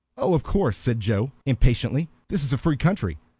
oh, of course, said joe, impatiently. this is a free country,